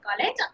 College